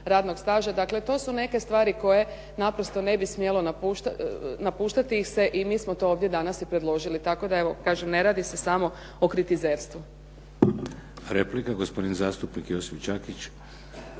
radnog staža. Dakle, to su neke stvari koje naprosto ne bi smjelo napuštati se i mi smo ovdje danas i predložili, tako da evo kažem, ne radi se samo o kritizerstvu. **Šeks, Vladimir (HDZ)** Replika, gospodin zastupnik Josip Đakić.